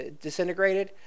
disintegrated